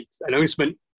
announcement